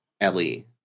Ellie